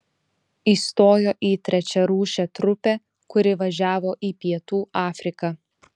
įstojo į trečiarūšę trupę kuri važiavo į pietų afriką